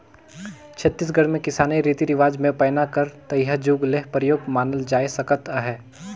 छत्तीसगढ़ मे किसानी रीति रिवाज मे पैना कर तइहा जुग ले परियोग मानल जाए सकत अहे